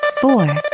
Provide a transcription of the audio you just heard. four